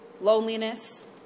Loneliness